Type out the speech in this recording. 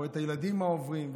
רואה מה שהילדים עוברים.